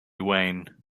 wayne